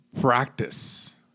practice